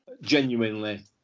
Genuinely